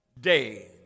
day